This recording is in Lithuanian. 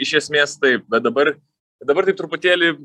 iš esmės taip bet dabar dabar taip truputėlį